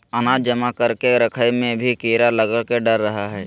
अनाज जमा करके रखय मे भी कीड़ा लगय के डर रहय हय